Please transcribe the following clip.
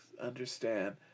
understand